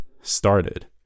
started